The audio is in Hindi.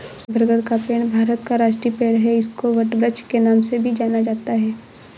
बरगद का पेड़ भारत का राष्ट्रीय पेड़ है इसको वटवृक्ष के नाम से भी जाना जाता है